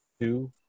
two